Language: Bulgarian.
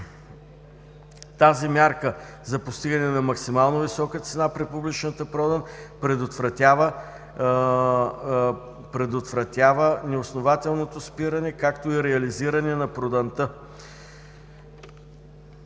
Тази мярка за постигане на максимално висока цена при публичната продан предотвратява неоснователното спиране, както и реализиране на проданта.